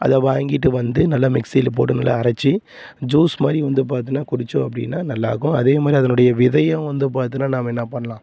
அதை வாங்கிட்டு வந்து நல்லா மிக்ஸியில் போட்டு நல்லா அரைத்து ஜூஸ் மாதிரி வந்து பார்த்தின்னா குடித்தோம் அப்படின்னா நல்லாகும் அதே மாதிரி அதனுடைய விதையும் வந்து பார்த்தின்னா நம்ம என்ன பண்ணலாம்